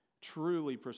truly